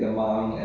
ya